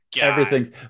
everything's